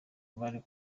bari